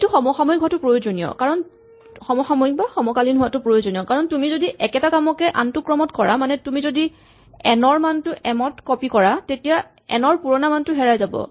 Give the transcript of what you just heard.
এইটো সমসাময়িক হোৱাটো প্ৰয়োজনীয় কাৰণ তুমি যদি একেটা কামকে আনটো ক্ৰমত কৰা মানে তুমি প্ৰথমে এন ৰ মানটো এম ত কপি কৰা তেতিয়া এন ৰ পুৰণা মানটো হেৰাই যাব